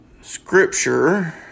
scripture